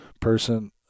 person